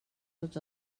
tots